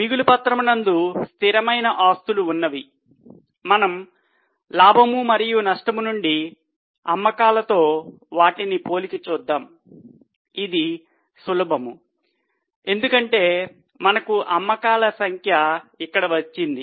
మిగులు పత్రము నుండి అమ్మకాలతో వాటిని పోలిక చూద్దాం ఇది సులభము ఎందుకంటే మనకు అమ్మకాల సంఖ్య ఇక్కడ వచ్చింది